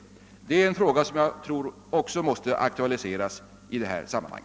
Detta är en fråga som jag tror också måste aktualiseras i detta sammanhang.